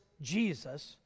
Jesus